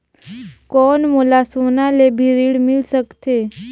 कौन मोला सोना ले भी ऋण मिल सकथे?